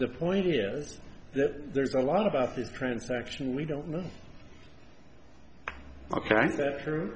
the point here is that there's a lot about the transaction we don't know ok that's true